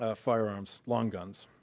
ah firearms, long guns.